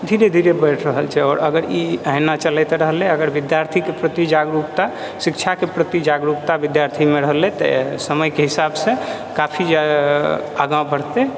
धीरे धीरे बढ़ि रहल छै आओर अगर ई एहिना चलैत रहलै अगर विद्यार्थीके प्रति जागरुकता शिक्षाके प्रति जागरुकता विद्यार्थीमे रहलै तऽ समयके हिसाबसँ काफी जादा आगा बढ़तै